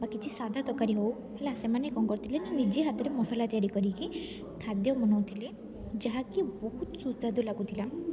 ବା କିଛି ସାଧା ତରକାରୀ ହେଉ ସେମାନେ କଣ କରୁଥିଲେ ନିଜେ ହାତରେ ମସଲା ତିଆରି କରିକି ଖାଦ୍ୟ ବନାଉଥିଲେ ଯାହାକି ବହୁତ ସୁସ୍ୱାଦୁ ଲାଗୁଥିଲା